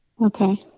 Okay